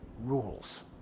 rules